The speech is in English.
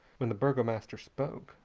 when the burgomaster spoke,